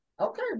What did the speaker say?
Okay